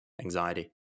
anxiety